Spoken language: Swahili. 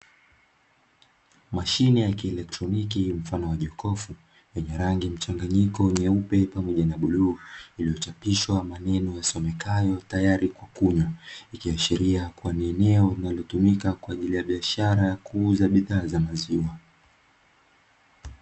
Mashine ya kieletroniki mfano wa jokofu lenye rangi mchanganyiko nyeupe pamoja bluu, iliyochapishwa maneno yasomekayo "Tayari kwa kunywa", ikiashiria kuwa ni eneo linalotumika kwa ajili ya biashara ya kuuza bidhaa za maziwa.